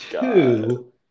two